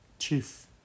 chief